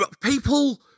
people